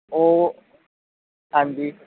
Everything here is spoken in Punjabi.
ਉਹ ਹਾਂਜੀ